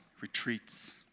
retreats